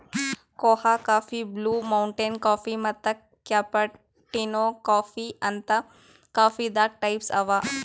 ಕೋಆ coffee, blue mountain coffee ಮತ್ತ್ cappuccino coffee ಅಂತ್ ಕಾಫೀದಾಗ್ ಟೈಪ್ಸ್ ಅವಾ